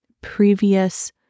previous